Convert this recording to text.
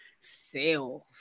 self